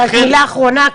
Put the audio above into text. מילה אחרונה.